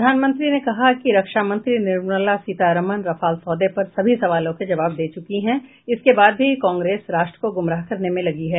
प्रधानमंत्री ने कहा कि रक्षा मंत्री निर्मला सीतारमन रफाल सौदे पर सभी सवालों के जवाब दे चुकी हैं इसके बाद भी कांग्रेस राष्ट्र को गुमराह करने में लगी है